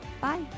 Bye